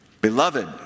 Beloved